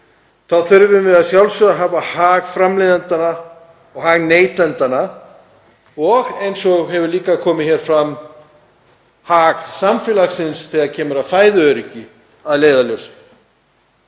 þá þurfum við að sjálfsögðu að hafa hag framleiðendanna og hag neytendanna og, eins og hefur líka komið fram, hag samfélagsins þegar kemur að fæðuöryggi að leiðarljósi.